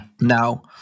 Now